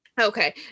Okay